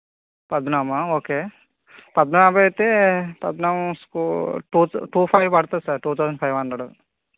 పద్మనాభమా ఆ ఓకే పద్మనాభం అయితే Padmanabham school two two five పడుతుంది sir two thousand five hundred